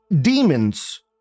demons